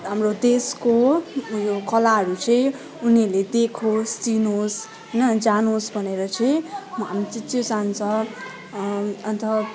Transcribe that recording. हाम्रो देशको उयो कलाहरू चाहिँ उनीहरूले देखोस् चिनोस् होइन जानोस् भनेर चाहिँ हामी चाहिँ त्यो चाहन्छ अन्त